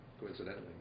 coincidentally